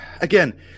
Again